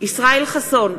ישראל חסון,